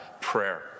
Prayer